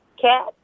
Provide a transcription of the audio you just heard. cat